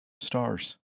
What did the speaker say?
Stars